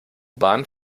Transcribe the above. bahn